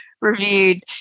reviewed